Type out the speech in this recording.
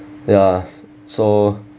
ya so